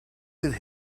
did